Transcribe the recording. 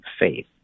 faith